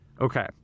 okay